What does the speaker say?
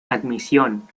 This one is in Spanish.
admisión